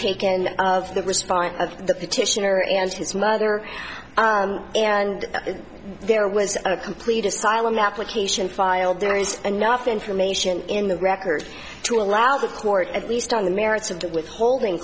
taken of the response of the petitioner and his mother and there was a complete asylum application filed there is enough information in the record to allow the court at least on the merits of withholding